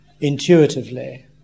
intuitively